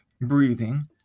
breathing